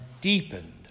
deepened